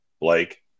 Blake